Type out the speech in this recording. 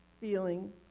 feeling